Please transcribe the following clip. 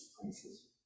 places